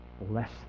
bless